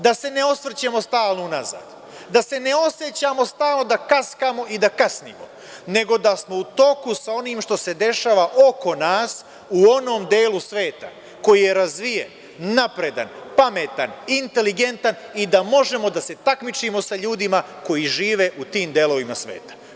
Da se ne osvrćemo stalnu unazad, da se ne osećamo stalno da kaskamo i da kasnimo nego da smo u toku sa onim što se dešava oko nas u onom delu sveta koji je razvijen, napredan, pametan, inteligentan i da možemo da se takmičimo sa ljudima koji žive u tim delovima sveta.